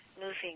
moving